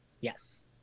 Yes